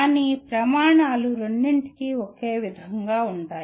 కానీ ప్రమాణాలు రెండింటికీ ఒకే విధంగా ఉంటాయి